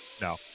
no